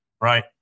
right